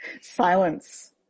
Silence